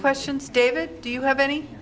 questions david do you have any